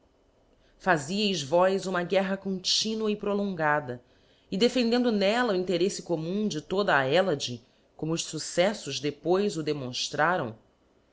fazieis vós uma guerra continua e prolonada e defendendo nella o intereífe commum de toda hellade como os fucceflbs depois o demonftraram em